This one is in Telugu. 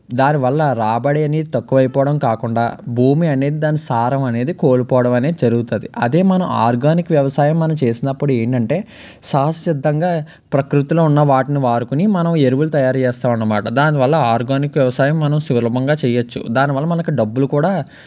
దానివల్ల రాబడి అనేది తక్కువయిపోవడం కాకుండా భూమి అనేది దాని సారం అనేది కోల్పోవడం అనేది జరుగుతుంది అదే మనం ఆర్గానిక్ వ్యవసాయం మనం చేసినప్పుడు ఏంటంటే సహజ సిద్ధంగా ప్రకృతిలో ఉన్న వాటిని వాడుకొని మనం ఎరువులు తయారు చేస్తామనమాట దానివల్ల ఆర్గానిక్ వ్యవసాయం మనం సులభంగా చేయవచ్చు దానివల్ల మనకు డబ్బులు కూడా